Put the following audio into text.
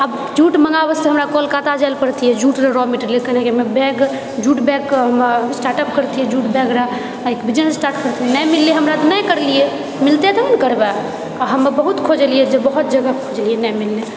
आब जूट मंगाबए वास्ते हमरा कोलकाता जाएले पड़तिए जूटके रॉ मटेरियल खरीदे ले बैग जूट बैगके स्टार्ट अप करतिये जूट बैग रहै एक बिजनेस स्टार्ट करतिये नहि मिललेै हमरा तऽ नहि करलिए मिलतेै तब नहि करबै आ हम बहुत खोजलिए जे बहुत जगह खोजललिए नहि मिललै